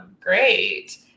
Great